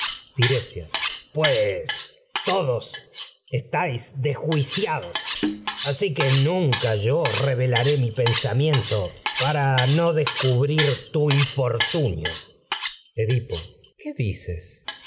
tiresias pues todos estáis desjuiciados nunca yo revelaré mi pensamiento para no descubrir ha tu infortunio edipo qué dices